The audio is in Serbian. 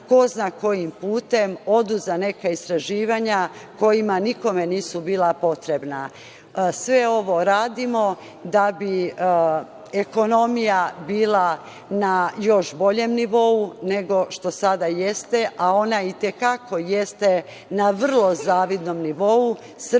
ko zna kojim putem odu za neka istraživanja kojima nikome nisu bila potrebna. Sve ovo radimo da bi ekonomija bila na još boljem nivou, nego što sada jeste, a ona i te kako jeste na vrlo zavidnom nivou.